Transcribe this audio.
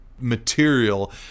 material